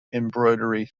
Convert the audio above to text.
embroidery